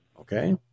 Okay